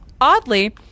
oddly